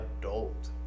adult